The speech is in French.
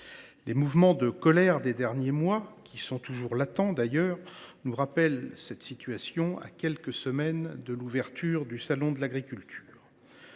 Les mouvements de colère des derniers mois, qui sont toujours latents, nous rappellent cette situation à quelques semaines de l’ouverture du salon de l’agriculture.